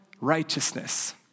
righteousness